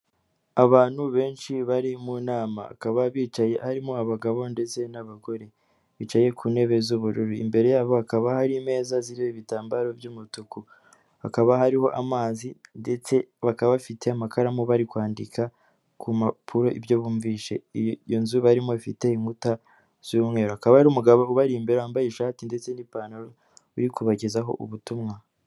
Abantu benshi bari mu nama bakaba bicaye harimo abagabo ndetse n'abagore, bicaye ku ntebe z'ubururu, imbere yabo hakaba hari imeza ziriho ibitambaro by'umutuku, hakaba hariho amazi ndetse bakaba bafite amakaramu bari kwandika ku mpapuro ibyo bumvishe, iyo nzu barimo ifite inkuta z'umweru, hakaba hari umugabo ubari imbere wambaye ishati ndetse n'ipantaro uri kubagezaho ubutumwa.